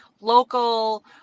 local